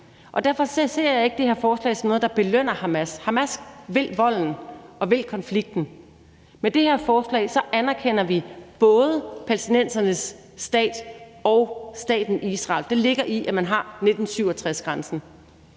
Derfor ser jeg ikke det her forslag som noget, der belønner Hamas. Hamas vil volden og vil konflikten. Med det her forslag anerkender vi både palæstinensernes stat og staten Israel; det ligger i, at man har 1967-grænsen.